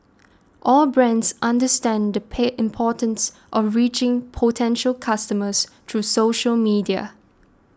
all brands understand the importance of reaching potential customers through social media